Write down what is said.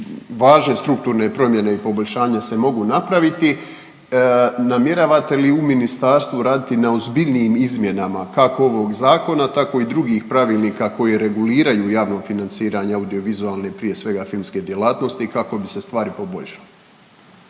važne strukturne promjene i poboljšanja se mogu napraviti. Namjeravate li u ministarstvu raditi na ozbiljnijim izmjenama kako ovog zakona tako i drugih pravilnika koji reguliraju javno financiranje audio vizualne prije svega filmske djelatnosti, kako bi se stvari poboljšale.